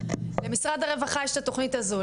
למשרד הרווחה יש את התוכנית הזו,